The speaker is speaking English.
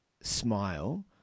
smile